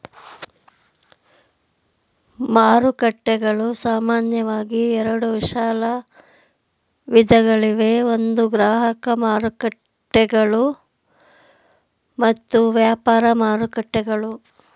ಮಾರುಕಟ್ಟೆಗಳು ಸಾಮಾನ್ಯವಾಗಿ ಎರಡು ವಿಶಾಲ ವಿಧಗಳಿವೆ ಒಂದು ಗ್ರಾಹಕ ಮಾರುಕಟ್ಟೆಗಳು ಮತ್ತು ವ್ಯಾಪಾರ ಮಾರುಕಟ್ಟೆಗಳು